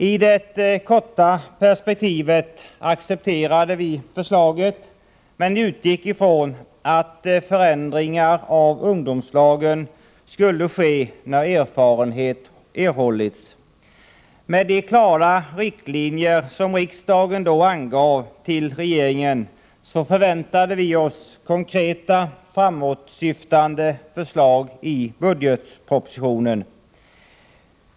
I det korta perspektivet accepterade vi förslaget men utgick ifrån att förändringar av ungdomslagen skulle ske när erfarenhet erhållits. Med de klara riktlinjer som riksdagen då gav regeringen förväntade vi oss konkreta framåtsyftande förslag i budgetpropositionen.